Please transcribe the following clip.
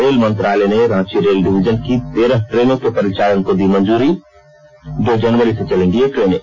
rail मंत्रालय ने Ranchi rail division की तेरह ट्रेनों के परिचालन को दी मंजूरी दो जनवरी से चलेंगी ये ट्रेनें